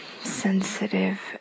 sensitive